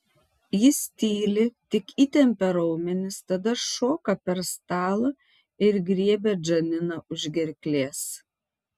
jis tyli tik įtempia raumenis tada šoka per stalą ir griebia džaniną už gerklės